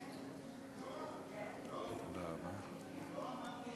כבוד היושבת-ראש,